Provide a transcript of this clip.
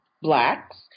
Blacks